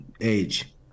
age